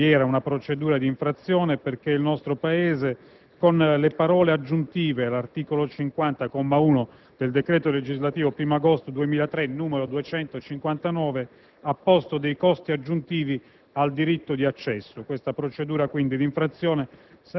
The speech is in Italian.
vi era una procedura d'infrazione perché il nostro Paese, con le parole aggiuntive all'articolo 50, comma 1, del decreto legislativo 1° agosto 2003, n. 259, ha posto dei costi aggiuntivi al diritto di accesso. Detta procedura d'infrazione,